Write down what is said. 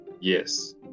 Yes